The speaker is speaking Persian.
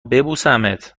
ببوسمت